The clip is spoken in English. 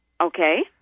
Okay